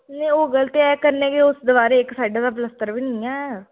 नेईं ओह् गल्ल ते ऐ कन्नै गै उस दवारे ई इक साइडै दा प्लस्तर बी निं ऐ